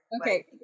Okay